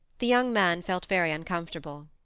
the young man felt very uncomfortable.